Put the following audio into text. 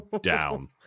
down